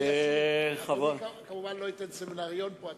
אני כמובן לא אתן סמינריון פה.